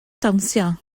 dawnsio